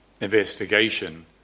investigation